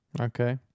Okay